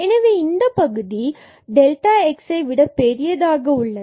எனவே இந்த பகுதி டெல்டா x வை விட பெரியதாக உள்ளது